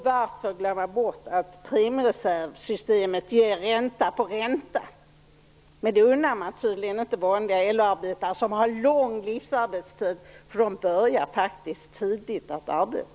Varför glömma bort att premiereservsystemet ger ränta på ränta? Men det unnar man tydligen inte vanliga LO-arbetare, som har en lång livsarbetstid eftersom de faktiskt tidigt började att arbeta.